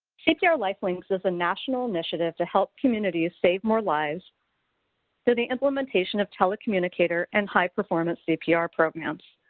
cpr lifelinks is a national initiative to help communities save more lives through the implementation of telecommunicator and high-performance cpr programs.